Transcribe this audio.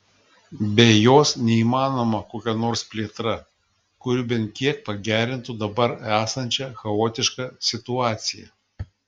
be jos neįmanoma kokia nors plėtra kuri bent kiek pagerintų dabar esančią chaotišką situaciją